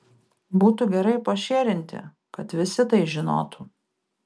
būtų gerai pašėrinti kad visi tai žinotų